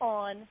on